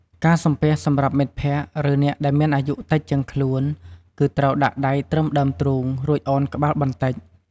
ការសំពះសម្រាប់មិត្តភ័ក្តិ ឬអ្នកដែលមានអាយុតិចជាងខ្លួន គឺត្រូវដាក់ដៃត្រឹមដើមទ្រូង រួចឱនក្បាលបន្តិច។